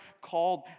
called